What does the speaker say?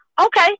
Okay